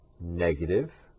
negative